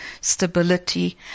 stability